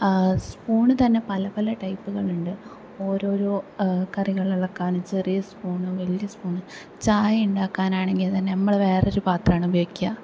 spoon തന്നെ പല പല ടൈപ്കള്ണ്ട് ഓരോരോ കറികള് ഇളക്കാൻ ചെറിയ സ്പൂണ് വലിയ സ്പൂണ് ചായണ്ടാക്കാനാണെങ്കിൽ തന്നെ നമ്മൾ വേറൊരു പാത്രമാണ് ഉപയോഗിക്കുക